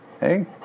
Hey